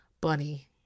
bunny